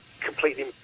completely